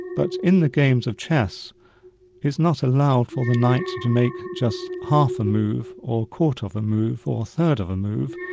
but in the games of chess it's not allowed for the knight to make just half a move, or a quarter of a move or a third of a move.